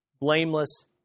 blameless